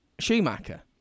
Schumacher